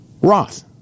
Roth